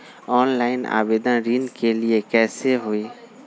Online आवेदन ऋन के लिए कैसे हुई?